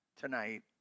tonight